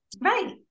Right